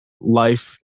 life